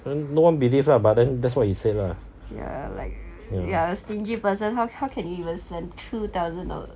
then no one believe lah but then that's what he said lah ya